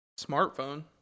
smartphone